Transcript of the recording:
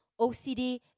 OCD